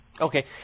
Okay